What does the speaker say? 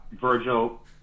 Virgil